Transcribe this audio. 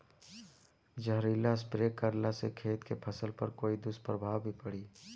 जहरीला स्प्रे करला से खेत के फसल पर कोई दुष्प्रभाव भी पड़ी?